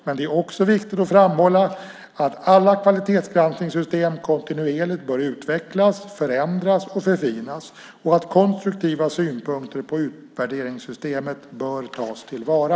Men det är också viktigt att framhålla att alla kvalitetsgranskningssystem kontinuerligt bör utvecklas, förändras och förfinas och att konstruktiva synpunkter på utvärderingssystemet bör tas till vara.